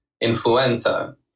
influenza